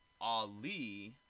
Ali